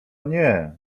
nie